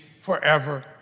forever